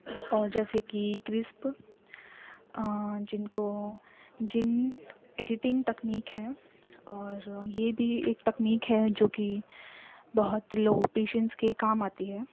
اور جیسے کہ کرسپ جن کو جن ایڈیٹنگ تکنیک ہے اور یہ بھی ایک تکنیک ہے جو کہ بہت لوگ پیشنس کے کام آتی ہے